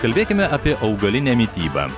kalbėkime apie augalinę mitybą